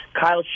Kyle